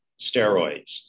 steroids